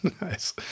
Nice